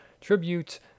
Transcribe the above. tribute